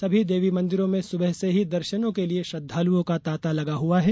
सभी देवी मंदिरों में सुबह से ही दर्शनों के लिये श्रद्धालुओं का तांता लगा हुआ है